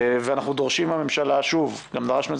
ואנחנו דורשים מהממשלה שוב גם דרשנו את